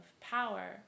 power